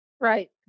Right